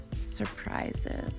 surprises